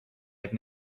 have